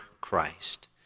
Christ